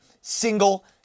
single